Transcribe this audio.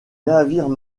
navires